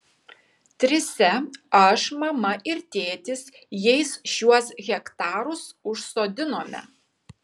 trise aš mama ir tėtis jais šiuos hektarus užsodinome